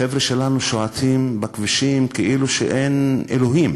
החבר'ה שלנו שועטים בכבישים כאילו אין אלוהים,